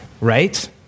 right